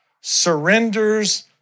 surrenders